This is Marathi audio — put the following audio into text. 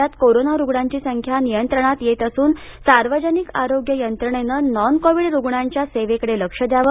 राज्यात कोरोना रुग्णांची संख्या नियंत्रणात येत असून सार्वजनिक आरोग्य यंत्रणेनं नॉन कोविड रुग्णांच्या सेवेकडे लक्ष द्यावं